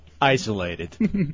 isolated